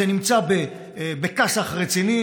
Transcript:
זה נמצא בכאסח רציני,